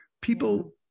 people